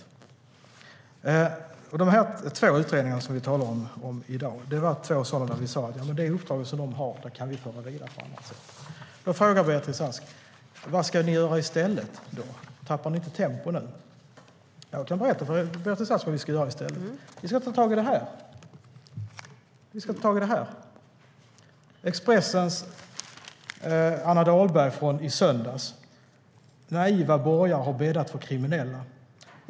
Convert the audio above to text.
De uppdrag som de två utredningar som vi talar om i dag har kan vi föra vidare på annat sätt. Då frågar Beatrice Ask: Vad ska ni göra i stället? Tappar ni inte i tempo där? Jag kan berätta för Beatrice Ask vad vi ska göra i stället. Vi ska ta tag i det som Expressens Anna Dahlberg skrev om i söndags: Naiva borgare har bäddat för kriminella.